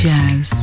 Jazz